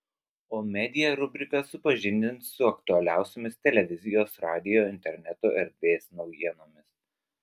o media rubrika supažindins su aktualiausiomis televizijos radijo interneto erdvės naujienomis